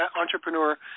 entrepreneur